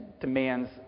demands